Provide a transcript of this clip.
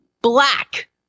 black